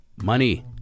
Money